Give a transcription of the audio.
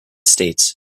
states